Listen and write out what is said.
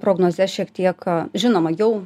prognozes šiek tiek žinoma jau